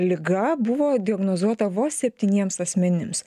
liga buvo diagnozuota vos septyniems asmenims